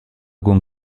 con